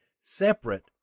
separate